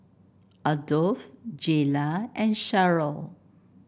Adolf Jaylah and Sharyl